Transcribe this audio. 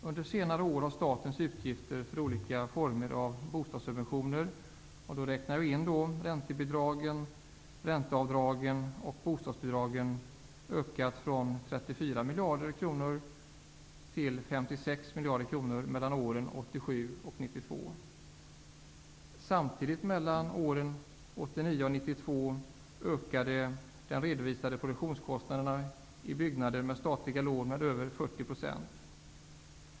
Under senare år har statens utgifter för olika former av bostadssubventioner -- räntebidrag, ränteavdrag och bostadsbidrag -- ökat från 34 Mellan åren 1989 och 1992 ökade den redovisade produktionskostnaden i byggnader med statliga lån med över 40 %.